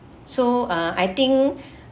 so uh I think